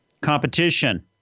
Competition